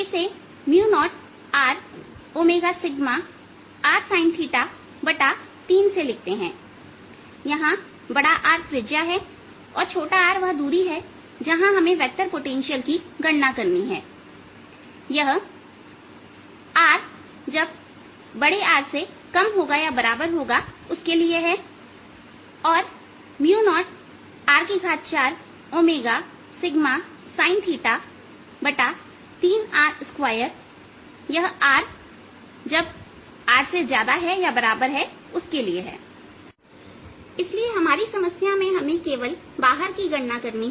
इसे 0Rr sin3से लिखते हैं यहां R त्रिज्या है और r वह दूरी है जहां हमें वेक्टर पोटेंशियल की गणना करनी है यह r R के लिए है और 0R4 sin3r2यह r R के लिए है इसलिए हमारी समस्या में हमें केवल बाहर की गणना करनी है